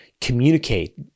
communicate